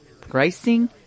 pricing